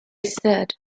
said